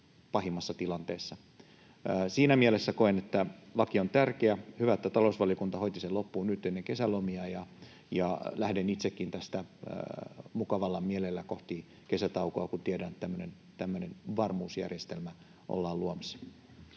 pahimmassa tilanteessa. Siinä mielessä koen, että laki on tärkeä. Hyvä, että talousvaliokunta hoiti sen loppuun nyt ennen kesälomia, ja lähden itsekin tästä mukavalla mielellä kohti kesätaukoa, kun tiedän, että tämmöinen varmuusjärjestelmä ollaan luomassa.